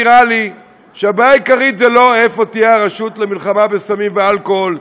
נראה לי שהבעיה העיקרית זה לא איפה תהיה הרשות למלחמה בסמים ואלכוהול,